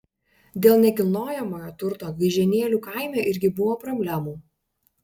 dėl nekilnojamojo turto gaižėnėlių kaime irgi buvo problemų